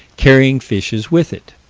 carrying fishes with it.